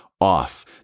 off